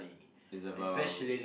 it's about